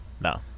No